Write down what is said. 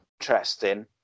interesting